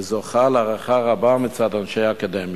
וזוכה להערכה רבה מצד אנשי האקדמיה.